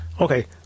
Okay